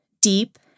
deep